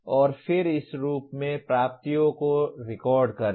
और फिर इस रूप में प्राप्तियों को रिकॉर्ड करें